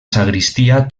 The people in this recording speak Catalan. sagristia